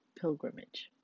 Pilgrimage